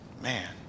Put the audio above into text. Man